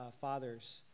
fathers